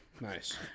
Nice